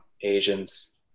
Asians